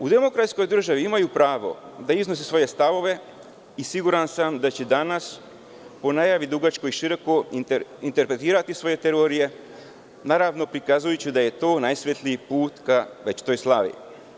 U demokratskoj državi imaju pravo da iznose svoje stavove i siguran sam da će danas, po najavi, dugačko i široko, interpretirati svoje teorije, naravno, prikazujući da je to najsvetliji put ka večitoj slavi.